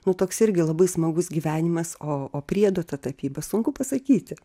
nu toks irgi labai smagus gyvenimas o o priedo ta tapyba sunku pasakyti